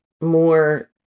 more